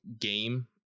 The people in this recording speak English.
game